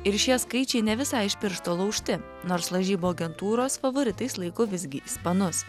ir šie skaičiai ne visai iš piršto laužti nors lažybų agentūros favoritais laiko visgi ispanus